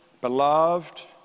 beloved